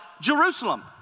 Jerusalem